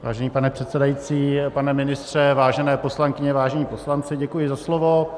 Vážený pane předsedající, pane ministře, vážené poslankyně, vážení poslanci, děkuji za slovo.